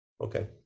Okay